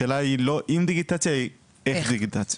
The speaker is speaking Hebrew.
השאלה היא לא אם דיגיטציה, אלא איך דיגיטציה.